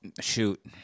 Shoot